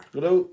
Hello